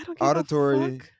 auditory